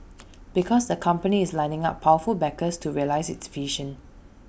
because the company is lining up powerful backers to realise its vision